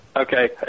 Okay